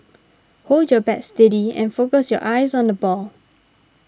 hold your bat steady and focus your eyes on the ball